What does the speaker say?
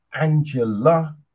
Angela